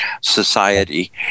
society